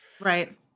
Right